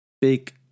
big